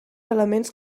elements